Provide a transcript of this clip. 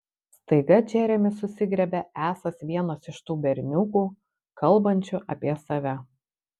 staiga džeremis susigriebia esąs vienas iš tų berniukų kalbančių apie save